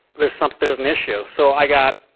there's something, there's an issue. so i got,